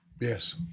Yes